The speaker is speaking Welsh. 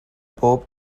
bob